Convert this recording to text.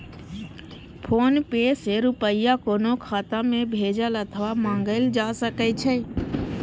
PhonePe सं रुपया कोनो खाता मे भेजल अथवा मंगाएल जा सकै छै